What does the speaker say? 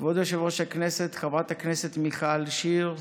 כבוד יושב-ראש הכנסת, חברת הכנסת מיכל שיר סגמן,